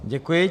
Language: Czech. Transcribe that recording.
Děkuji.